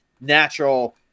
natural